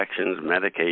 medications